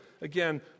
again